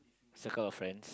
circle of friends